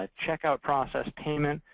ah check-out process, payment.